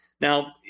Now